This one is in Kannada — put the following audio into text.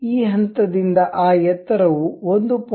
ಈ ಹಂತದಿಂದ ಆ ಎತ್ತರವು 1